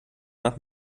nach